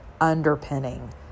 underpinning